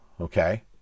okay